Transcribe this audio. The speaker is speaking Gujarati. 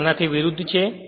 જે આના થી વિરુદ્ધ છે